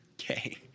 Okay